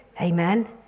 Amen